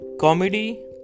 Comedy